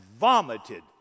vomited